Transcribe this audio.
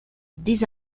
des